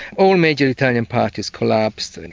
all major italian parties collapsed. and